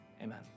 Amen